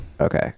Okay